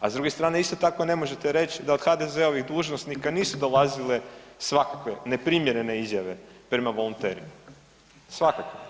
A s druge strane isto tako ne možete reći da od HDZ-ovih dužnosnika nisu dolazile svakakve neprimjerene izjave prema volonterima, svakakve.